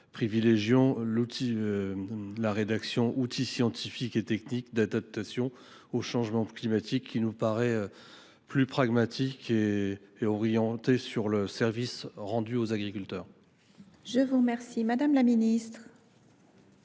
privilégiant la rédaction « outils scientifiques et techniques d’adaptation au changement climatique », qui nous paraît plus pragmatique et orientée sur le service rendu aux agriculteurs. Quel est l’avis